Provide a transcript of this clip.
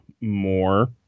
more